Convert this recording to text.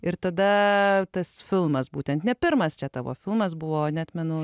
ir tada tas filmas būtent ne pirmas čia tavo filmas buvo neatmenu